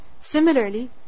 Similarly